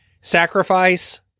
sacrifice